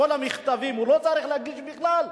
כל המכתבים הוא לא צריך להגיש בכלל,